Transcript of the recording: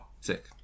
Sick